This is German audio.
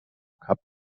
kap